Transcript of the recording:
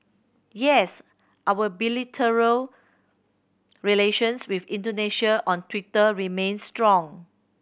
yes our relations with Indonesia on Twitter remains strong